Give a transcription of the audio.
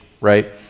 right